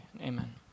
Amen